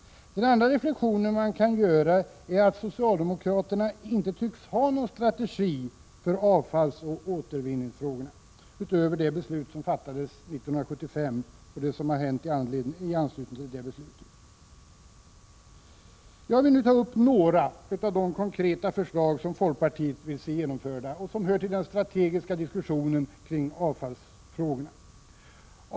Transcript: Den andra reflexionen man kan göra är att socialdemokraterna inte tycks ha någon strategi för avfallsoch återvinningsfrågorna utöver det beslut som fattades 1975 och det som har hänt i anslutning till detta beslut. Jag vill nu ta upp några av de konkreta förslag som folkpartiet vill se genomförda och som hör till den strategiska diskussionen kring avfallsfrågorna.